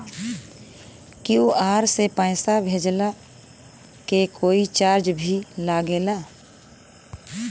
QR से पैसा भेजला के कोई चार्ज भी लागेला?